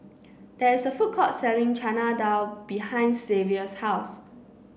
there is a food court selling Chana Dal behind Xavier's house